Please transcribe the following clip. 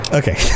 okay